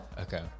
Okay